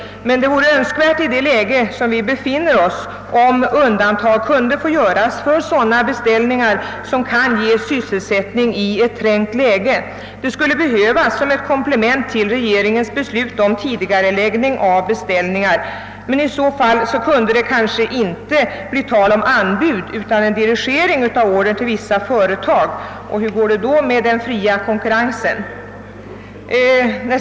Men i den situation vari vi befinner oss vore det önskvärt om undantag kunde få göras för beställningar som kan ge sysselsättning i ett trängt läge. Detta skulle behövas som ett komplement till regeringens beslut om tidigareläggning av beställningar. Men i så fall kunde det kanske inte bli fråga om anbud, utan det finge bli en dirigering av order till vissa företag. Hur går det då med den fria konkurrensen?